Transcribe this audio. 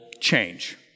change